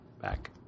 back